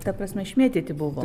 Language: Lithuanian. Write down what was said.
ta prasme išmėtyti buvo